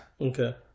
Okay